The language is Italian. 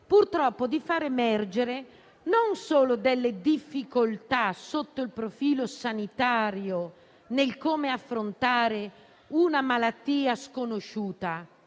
purtroppo, di far emergere non solo delle difficoltà sotto il profilo sanitario sul come affrontare una malattia sconosciuta.